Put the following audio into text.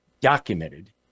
documented